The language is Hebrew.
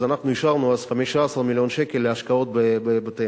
אז אנחנו אישרנו אז 15 מיליון שקל להשקעות בבתי-מלון.